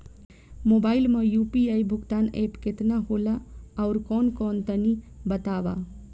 Mobile म UPI भुगतान app केतना होला आउरकौन कौन तनि बतावा?